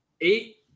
eight